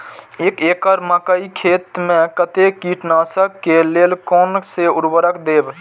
एक एकड़ मकई खेत में कते कीटनाशक के लेल कोन से उर्वरक देव?